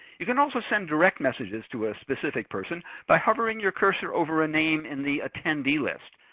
you can also send direct messages to a specific person by hovering your cursor over a name in the attendee list.